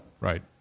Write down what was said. Right